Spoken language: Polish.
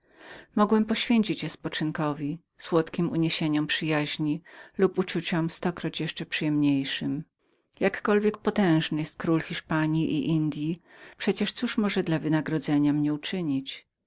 mogłem poświęcić je spoczynkowi słodkim uniesieniom przyjaźni lub uczuciom stokroć jeszcze przyjemniejszym jakkolwiek potężnym jest król hiszpanji i indyi przecież cóż może dla wynagrodzenia mnie uczynić